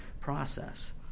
process